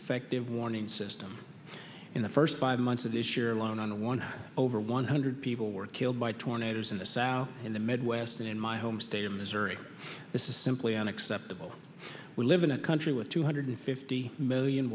effective warning system in the first five months of this year alone and one over one hundred people were killed by tornadoes in the south and the midwest and in my home state of missouri this is simply unacceptable we live in a country with two hundred fifty million